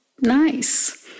nice